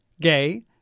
gay